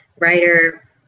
writer